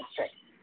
సరే